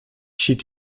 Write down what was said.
schied